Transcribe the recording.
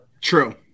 True